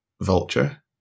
vulture